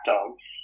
Dogs